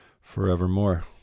forevermore